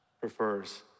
prefers